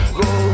go